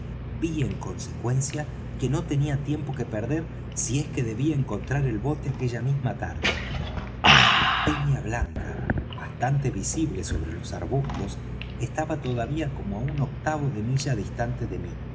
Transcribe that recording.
ví en consecuencia que no tenía tiempo que perder si es que debía encontrar el bote aquella misma tarde la peña blanca bastante visible sobre los arbustos estaba todavía como á un octavo de milla distante de mí